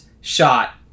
shot